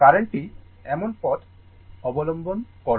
কারেন্টটি এমন পথ অবলম্বন করবে